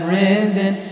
risen